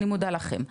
אני מודה לכם.